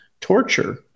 torture